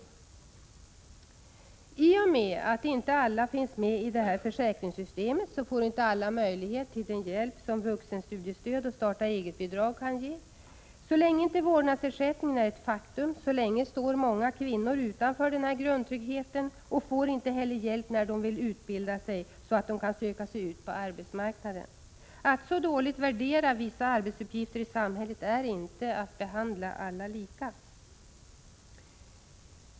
25 mars 1987 I och med att inte alla finns med i det här försäkringssystemet får inte alla möjlighet till den hjälp som vuxenstudiestöd och starta-eget-bidrag kan ge. Så länge inte vårdnadsersättningen är ett faktum, så länge står kvinnor utanför den här grundtryggheten och får inte heller hjälp när de vill utbilda sig på arbetsmarknaden. Att så dåligt värdera vissa arbetsuppgifter i samhället är inte att behandla alla lika.